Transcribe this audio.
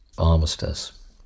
Armistice